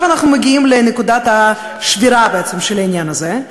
אנחנו מגיעים לנקודת השבירה בעניין הזה,